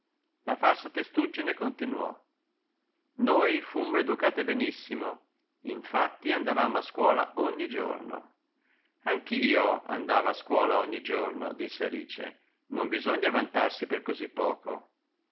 la falsa testuggine continuò noi fummo educate benissimo in fatti andavamo a scuola ogni giorno anchio andava a scuola ogni giorno disse alice non bisogna vantarsi per così poco